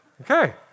Okay